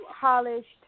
polished